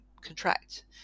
contract